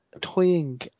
toying